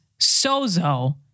sozo